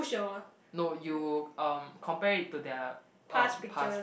no you um compare it to their um past